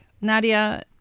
Nadia